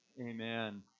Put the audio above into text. Amen